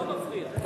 לא מפריע.